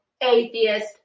atheist